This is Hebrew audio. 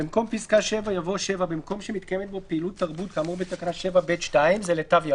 פסקה (2) מדברת על מסגרות רווחה,